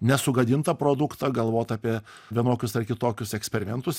nesugadintą produktą galvot apie vienokius ar kitokius eksperimentus